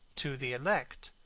to the elect,